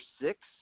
six